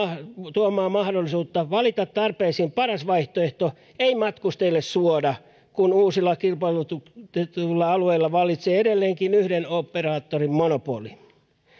tuomaa mahdollisuutta valita tarpeisiin paras vaihtoehto ei matkustajille suoda kun uusilla kilpailutetuilla alueilla vallitsee edelleenkin yhden operaattorin monopoli